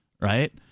right